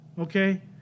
okay